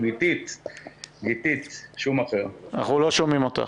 את שומעת אותנו?